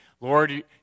Lord